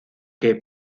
que